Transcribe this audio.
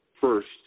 first